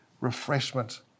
refreshment